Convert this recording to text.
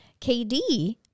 KD